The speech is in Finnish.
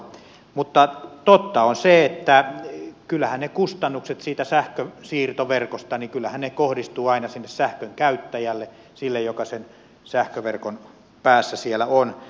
mutta totta on se että kyllähän ne kustannukset siitä sähkönsiirtoverkosta kohdistuvat aina sinne sähkön käyttäjälle sille joka sen sähköverkon päässä siellä on